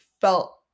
felt